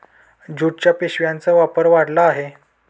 ज्यूटच्या पिशव्यांचा वापर वाढला आहे